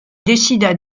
décida